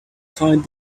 find